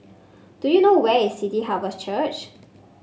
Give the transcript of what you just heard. do you know where is City Harvest Church